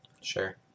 Sure